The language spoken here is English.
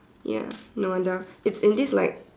ya no wonder it's in this like